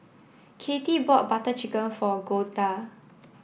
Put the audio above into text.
Kathie bought Butter Chicken for Golda